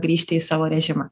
grįžti į savo režimą